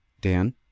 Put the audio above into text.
Dan